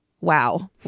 wow